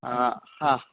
हा हा